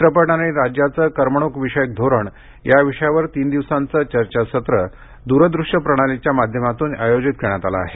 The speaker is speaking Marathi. चित्रपट आणि राज्याचं करमणुकविषयक धोरण या विषयावर तीन दिवसांचं चर्चासत्र द्रदृश्य प्रणालीच्या माध्यमातून आयोजित करण्यात आलं आहे